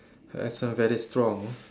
her accent very strong